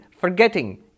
forgetting